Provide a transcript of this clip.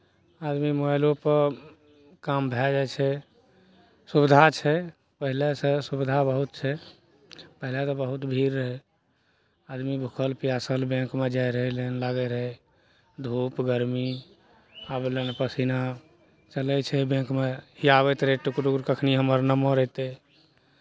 आदमी मोबाइलोपर काम भए जाइ छै सुविधा छै पहिलेसँ सुविधा बहुत छै पहिले तऽ बहुत भीड़ रहै आदमी भूखल पिआसल बैंकमे जाइत रहै लाइन लागै रहै धूप गरमी आबह लागल पसीना चलै छै बैंकमे या आबैत रहै टुकुर टुकुर कखन हमर नम्मर अयतै